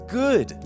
good